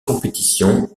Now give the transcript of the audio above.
compétition